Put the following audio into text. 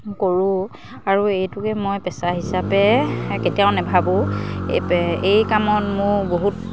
কৰোঁ আৰু এইটোকে মই পেচা হিচাপে কেতিয়াও নেভাবোঁ এই এই কামত মোৰ বহুত